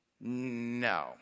No